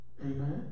Amen